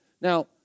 Now